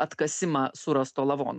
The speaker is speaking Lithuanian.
atkasimą surasto lavono